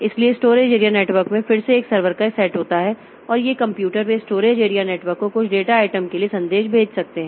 इसलिए storage area network में फिर से सर्वर का एक सेट होता है और ये कंप्यूटर वे स्टोरेज एरिया नेटवर्क को कुछ डेटा आइटम के लिए संदेश भेज सकते हैं